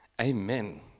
Amen